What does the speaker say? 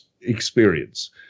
experience